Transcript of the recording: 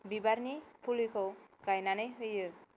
बिबारनि फुलिखौ गायनानै होयो